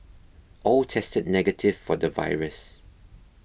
all tested negative for the virus